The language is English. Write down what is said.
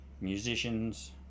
musicians